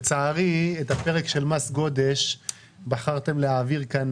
לצערי את הפרק של מס גודש בחרתם להעביר כאן